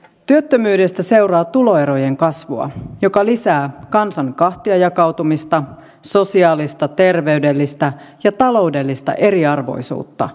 työttömyydestä seuraa tuloerojen kasvua joka lisää kansan kahtiajakautumista sosiaalista terveydellistä ja taloudellista eriarvoisuutta